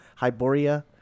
Hyboria